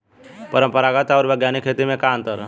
परंपरागत आऊर वैज्ञानिक खेती में का अंतर ह?